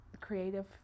creative